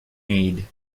need